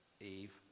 Eve